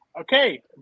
Okay